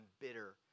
bitter